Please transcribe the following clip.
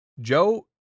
Joe